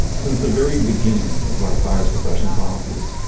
since the very beginnings of our fire suppression policies,